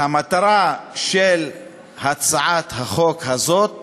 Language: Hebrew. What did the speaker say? והמטרה של הצעת החוק הזאת